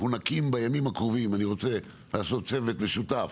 שבימים הקרובים אנחנו נקים צוות משותף